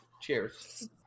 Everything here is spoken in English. cheers